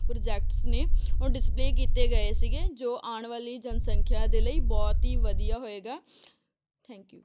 projects ਨੇ ਹੁਣ display ਕੀਤੇ ਗਏ ਸੀਗੇ ਜੋ ਆਉਣ ਵਾਲੀ ਜਨਸੰਖਿਆ ਦੇ ਲਈ ਬਹੁਤ ਹੀ ਵਧੀਆ ਹੋਵੇਗਾ ਥੈਂਕ ਯੂ